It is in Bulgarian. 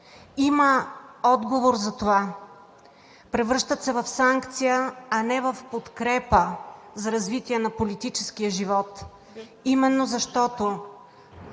Има отговор за това. Превръщат се в санкция, а не в подкрепа за развитие на политическия живот именно защото